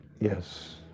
Yes